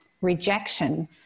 rejection